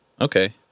Okay